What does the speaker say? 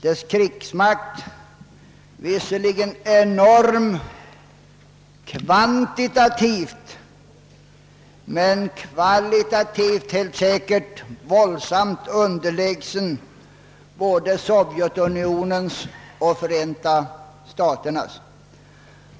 Dess krigsmakt är visserligen enorm kvantitativt men kvalitativt helt säkert våldsamt underlägsen både Sovjetunionens och Förenta staternas.